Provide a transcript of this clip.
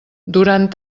durant